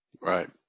Right